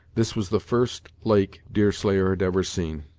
this was the first lake deerslayer had ever seen.